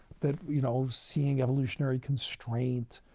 that, you know, seeing evolutionary constraint,